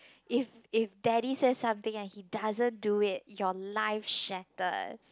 if if daddy says something and he doesn't do it your life shattered